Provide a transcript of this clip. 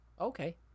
okay